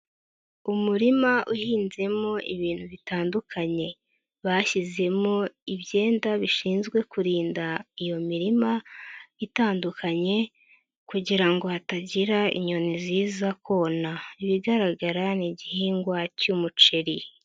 Umurima uhinzemo ibintu bitandukanye bashyizemo ibyenda bishinzwe kurinda iyo mirima itandukanye kugira ngo hatagira inyoni ziza kona, ibigaragara ni igihingwa cy'umuceri.